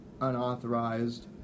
unauthorized